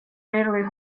rarely